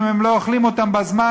אם הם לא אוכלים אותם בזמן,